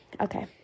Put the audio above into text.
okay